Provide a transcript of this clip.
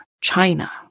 China